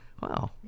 Wow